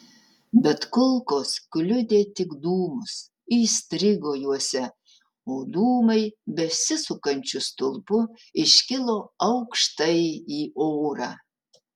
bet kulkos kliudė tik dūmus įstrigo juose o dūmai besisukančiu stulpu iškilo aukštai į orą